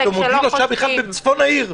ומודיעים לו שהוא בכלל היה בצפון העיר.